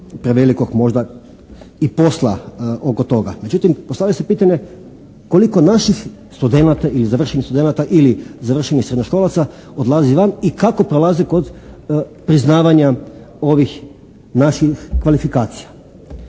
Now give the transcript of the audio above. prevelikog možda i posla oko toga. Međutim postavlja se pitanje koliko naših studenata ili završenih studenata ili završenih srednjoškolaca odlazi van i kako prolazi kod priznavanja ovih naših kvalifikacija.